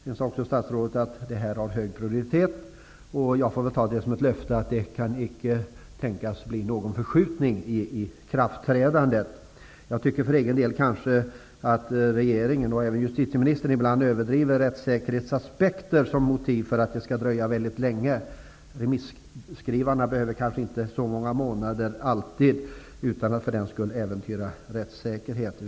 Sedan sade statsrådet också att detta har hög prioritet. Jag får väl ta det som ett löfte om att det icke kan tänkas bli någon förskjutning i ikraftträdandet. Jag tycker för egen del att regeringen, och även justitieministern, ibland överdriver rättssäkerhetsaspekter som motiv för att det skall dröja väldigt länge. Remisskrivarna behöver kanske inte så många månader alltid, utan att man för den skull äventyrar rättssäkerheten.